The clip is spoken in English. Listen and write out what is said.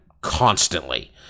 constantly